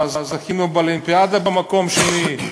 זכינו באולימפיאדה במקום שני.